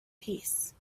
peace